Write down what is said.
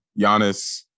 Giannis